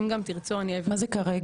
אם גם תרצו אני --- מה זה כרגע?